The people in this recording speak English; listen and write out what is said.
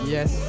Yes